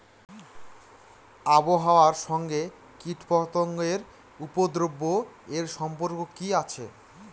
আবহাওয়ার সঙ্গে কীটপতঙ্গের উপদ্রব এর সম্পর্ক কি আছে?